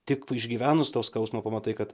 tik išgyvenus tą skausmą pamatai kad